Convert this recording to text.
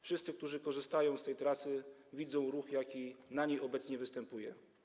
Wszyscy, którzy korzystają z tej trasy, widzą ruch, jaki na niej obecnie występuje.